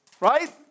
Right